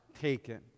taken